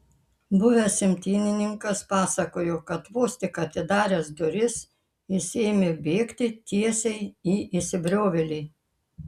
buvęs imtynininkas pasakojo kad vos tik atidaręs duris jis ėmė bėgti tiesiai į įsibrovėlį